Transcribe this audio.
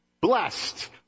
blessed